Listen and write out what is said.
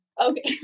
Okay